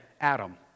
Adam